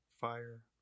fire